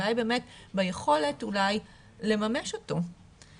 הבעיה היא באמת ביכולת אולי לממש אותו.